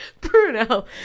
Bruno